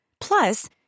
Plus